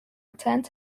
returned